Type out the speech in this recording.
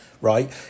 right